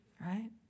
Right